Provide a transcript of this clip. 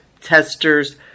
testers